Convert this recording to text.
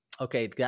Okay